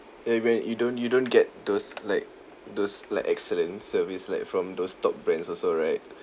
ya man you don't you don't get those like those like excellent service like from those top brands also right